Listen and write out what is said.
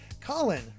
Colin